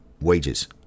wages